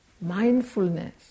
mindfulness